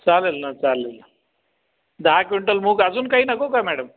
चालेल ना चालेल ना दहा क्विंटल मूग अजून काही नको का मॅडम